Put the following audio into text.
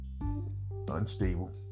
unstable